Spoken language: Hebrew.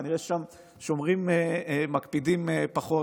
כנראה שם מקפידים פחות.